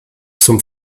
zum